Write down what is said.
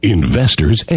investors